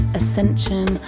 ascension